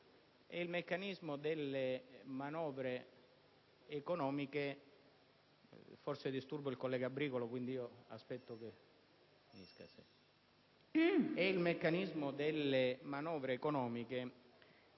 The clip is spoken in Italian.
il meccanismo delle manovre economiche